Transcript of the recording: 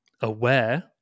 aware